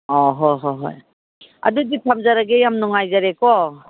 ꯑꯧ ꯍꯣꯏ ꯍꯣꯏ ꯍꯣꯏ ꯑꯗꯨꯗꯤ ꯊꯝꯖꯔꯒꯦ ꯌꯥꯝ ꯅꯨꯡꯉꯥꯏꯖꯔꯦꯀꯣ